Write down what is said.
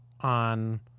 on